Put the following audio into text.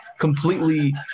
Completely